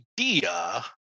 idea